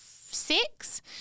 six